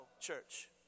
church